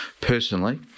Personally